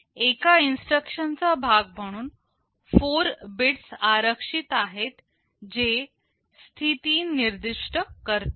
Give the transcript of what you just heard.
एका इन्स्ट्रक्शन चा भाग म्हणून 4 बिट्स आरक्षित आहेत जे स्थिति निर्दिष्ट करतील